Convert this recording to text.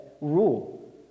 rule